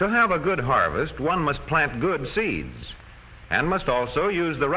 to have a good harvest one must plant good seeds and must also use the